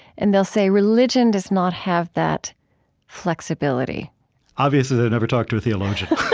and they'll say religion does not have that flexibility obviously they've never talked to a theologian